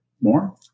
More